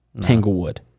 Tanglewood